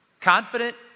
Confident